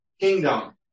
kingdom